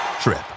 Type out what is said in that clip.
trip